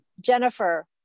Jennifer